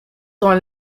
dans